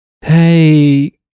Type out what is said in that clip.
hey